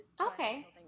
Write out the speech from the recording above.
Okay